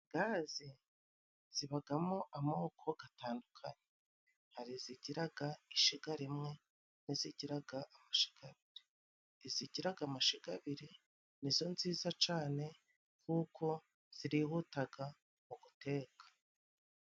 Gazi zibagamo amoko gatandukanye ;hari izigiraga ishiga rimwe n'izigiraga amashiga abiri. Izigiraga amashiga abiri ni zo nziza cane kuko zirihutaga mu guteka.